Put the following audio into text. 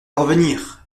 revenir